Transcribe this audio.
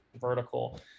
vertical